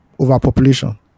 overpopulation